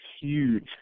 huge